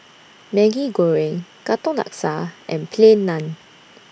Maggi Goreng Katong Laksa and Plain Naan